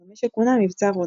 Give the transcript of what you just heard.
במה שכונה מבצע רוטב.